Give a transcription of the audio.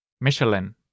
Michelin